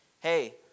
Hey